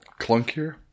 clunkier